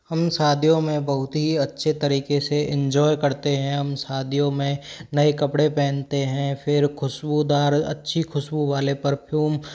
हम शादियों में बहुत ही अच्छे तरीके से एन्जॉय करते हैं हम शादियों में नए कपड़े पहनते हैं फिर खुशबूदार अच्छी खुशबू वाले परफ़्यूम